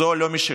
זו לא משילות,